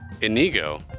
Inigo